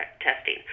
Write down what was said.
testing